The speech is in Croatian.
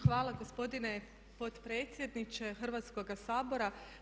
Hvala gospodine potpredsjedniče Hrvatskoga sabora.